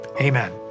Amen